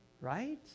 right